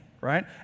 right